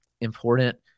important